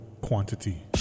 quantity